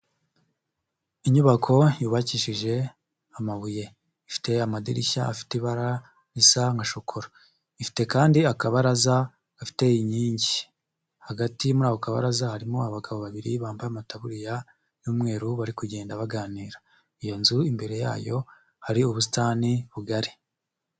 Inyubako yubakishije amabuye, ifite amadirishya afite ibara risa nka shokora, ifite kandi akabaraza gafite inkingi, hagati muri ako kabaraza harimo abagabo babiri bambaye amataburiya y'umweru bari kugenda baganira, iyo nzu imbere yayo hari ubusitani bugari.